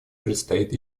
предстоит